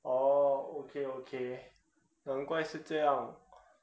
orh okay okay 难怪是这样